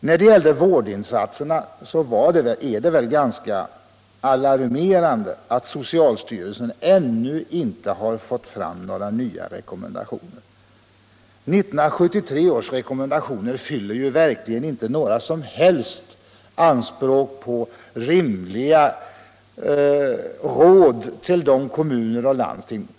När det gäller vårdinsatserna är det väl ganska alarmerande att socialstyrelsen ännu inte fått fram några nya rekommendationer. 1973 års rekommendationer fyller verkligen inte några som helst anspråk på rimliga råd till kommuner och landsting.